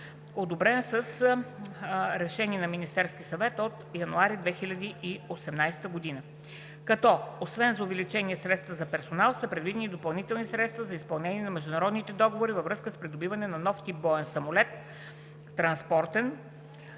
одобрен с Решение на Министерския съвет от януари 2018 г., като освен за увеличение на средствата за персонал са предвидени и допълнителни средства за изпълнение на международните договори във връзка с придобиването на нов тип боен самолет, за